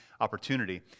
opportunity